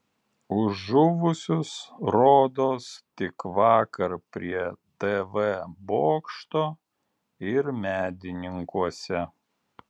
už žuvusius rodos tik vakar prie tv bokšto ir medininkuose